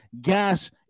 gas